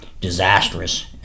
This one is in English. disastrous